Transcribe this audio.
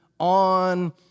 On